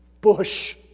bush